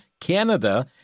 Canada